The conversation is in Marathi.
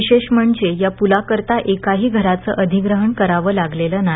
विशेष म्हणजे या पुलाकरता एकाही घराचं अधिग्रहण करावं लागलेलं नाही